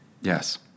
Yes